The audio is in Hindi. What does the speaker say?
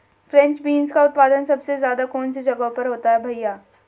फ्रेंच बीन्स का उत्पादन सबसे ज़्यादा कौन से जगहों पर होता है भैया?